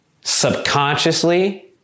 subconsciously